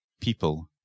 people